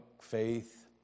faith